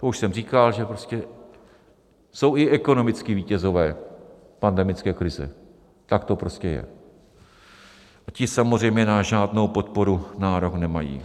To už jsem říkal, že prostě jsou i ekonomičtí vítězové pandemické krize, tak to prostě je, a ti samozřejmě na žádnou podporu nárok nemají.